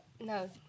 No